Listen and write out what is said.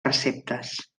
receptes